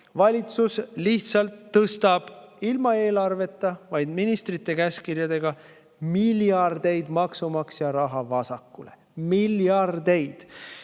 valitsus lihtsalt tõstab – ilma eelarveta, vaid ministrite käskkirjadega – miljardeid maksumaksja raha vasakule.